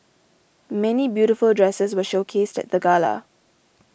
many beautiful dresses were showcased at the gala